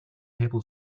table